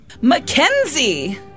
Mackenzie